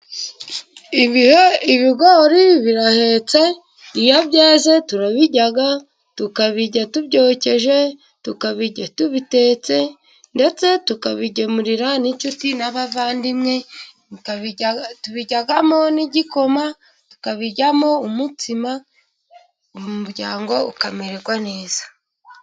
Ibigori birahetse iyo byeze turabirya tukabirya tubyokeje, tukabirya tubitetse, ndetse tukabigemurira n'inshuti n'abavandimwe, tubiryamo n'igikoma, tukabiryamo umutsima umuryango ukamererwa neza.